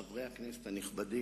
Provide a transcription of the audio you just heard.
חברי חברי הכנסת הנכבדים,